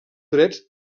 drets